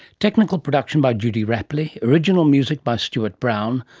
technical production by judy rapley, original music by stuart brown,